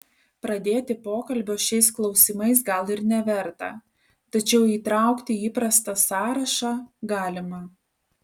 pradėti pokalbio šiais klausimais gal ir neverta tačiau įtraukti į įprastą sąrašą galima